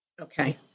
Okay